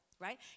right